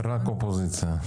סליחה, קואליציה.